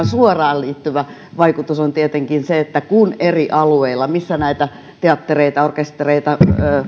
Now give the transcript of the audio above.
suoraan liittyvä vaikutus on tietenkin se että kun eri alueilla missä näitä teattereita orkestereita